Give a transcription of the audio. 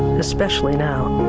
especially now.